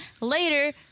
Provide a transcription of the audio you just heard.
later